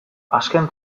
azken